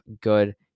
good